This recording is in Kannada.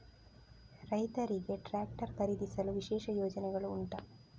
ರೈತರಿಗೆ ಟ್ರಾಕ್ಟರ್ ಖರೀದಿಸಲು ವಿಶೇಷ ಯೋಜನೆಗಳು ಉಂಟಾ?